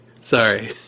sorry